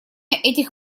этих